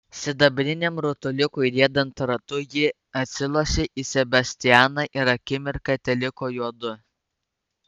sidabriniam rutuliukui riedant ratu ji atsilošė į sebastianą ir akimirką teliko juodu